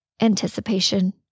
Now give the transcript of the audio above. anticipation